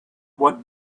what